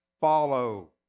follow